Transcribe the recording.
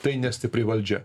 tai ne stipri valdžia